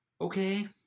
Okay